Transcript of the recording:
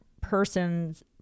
persons